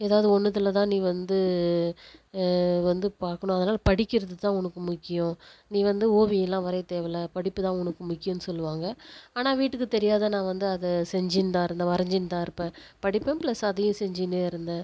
ஏதாவது ஒன்னுத்துல தான் நீ வந்து வந்து பார்க்கணும் அதனால் படிக்கிறது தான் உனக்கு முக்கியம் நீ வந்து ஓவியலாம் வரைய தேவை இல்லை படிப்பு தான் உனக்கு முக்கியன்னு சொல்லுவாங்கள் ஆனால் வீட்டுக்கு தெரியாத நான் வந்து அதை செஞ்சுன்னு தான் இருந்தேன் வரைஞ்சின்னு தான் இருப்பேன் படிப்பேன் பிளஸ் அதையும் செஞ்சினேருந்தேன்